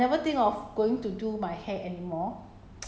tame down liao 你不会想说去 you know